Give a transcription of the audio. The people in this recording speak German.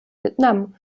vietnam